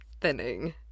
thinning